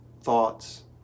thoughts